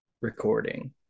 recording